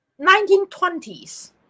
1920s